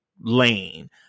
lane